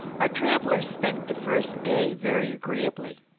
our travellers spent the first day very agreeably.